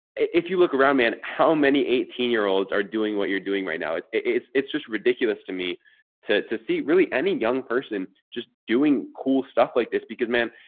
if you look around, man, how many eighteen year olds are doing what you're doing right now? it's it's just ridiculous to me to to see really any young person just doing cool stuff like this? because man,